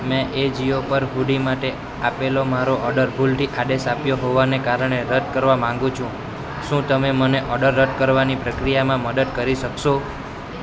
મેં એજિયો પર હૂડી માટે આપેલો મારો ઓડર ભૂલથી આદેશ આપ્યો હોવાને કારણે રદ કરવા માંગુ છું શું તમે મને ઓડર રદ કરવાની પ્રક્રિયામાં મદદ કરી શકશો